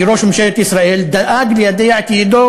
כי ראש ממשלת ישראל דאג ליידע את ידידו